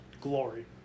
glory